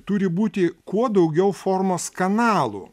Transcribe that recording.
turi būti kuo daugiau formos kanalų